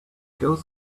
goes